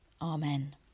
Amen